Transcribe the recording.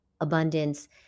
abundance